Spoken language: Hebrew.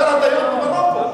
שר התיירות במרוקו,